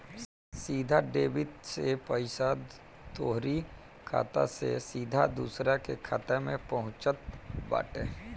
सीधा डेबिट से पईसा तोहरी खाता से सीधा दूसरा के खाता में पहुँचत बाटे